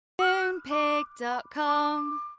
Moonpig.com